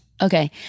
Okay